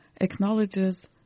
acknowledges